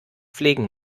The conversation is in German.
pflegen